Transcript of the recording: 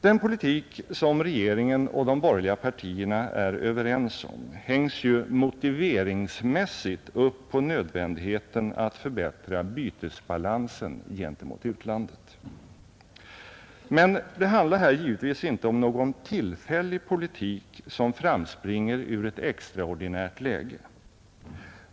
Den politik som regeringen och de borgerliga partierna är överens om hängs ju motiveringsmässigt upp på nödvändigheten att förbättra bytesbalansen gentemot utlandet. Men det handlar här givetvis inte om någon tillfällig politik som framspringer ur ett extraordinärt läge.